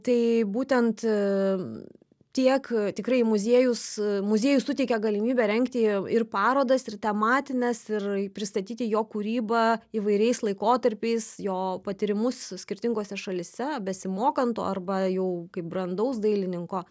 tai būtent tiek tikrai muziejus muziejus suteikia galimybę rengti ir parodas ir tematines ir pristatyti jo kūrybą įvairiais laikotarpiais jo patyrimus skirtingose šalyse besimokant o arba jau kaip brandaus dailininko